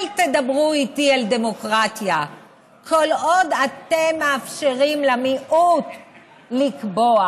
אל תדברו איתי על דמוקרטיה כל עוד אתם מאפשרים למיעוט לקבוע.